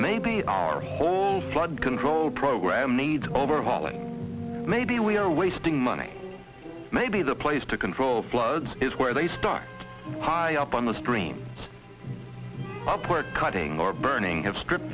maybe our whole flood control program needs overhauling maybe we are wasting money maybe the place to control floods is where they start high up on the stream up or cutting or burning have strip